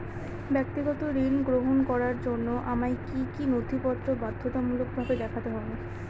ব্যক্তিগত ঋণ গ্রহণ করার জন্য আমায় কি কী নথিপত্র বাধ্যতামূলকভাবে দেখাতে হবে?